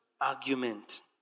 argument